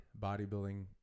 bodybuilding